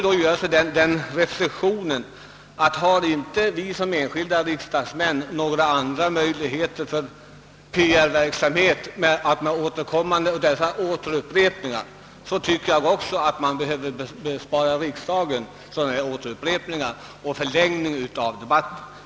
Man måste då fråga sig om vi riksdagsmän inte har några andra möjligheter till PR verksamhet än upprepningar. Riksdagen borde besparas dessa upprepningar och en därmed sammanhängande förlängning av debatterna.